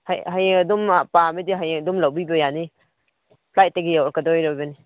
ꯍꯌꯦꯡ ꯑꯗꯨꯝ ꯄꯥꯝꯃꯗꯤ ꯍꯌꯦꯡ ꯑꯗꯨꯝ ꯂꯧꯕꯤꯈꯣ ꯌꯥꯅꯤ ꯐ꯭ꯂꯥꯏꯠꯇꯒꯤ ꯌꯧꯔꯛꯀꯗꯧꯔꯕꯅꯤ